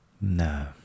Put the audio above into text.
No